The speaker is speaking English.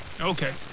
Okay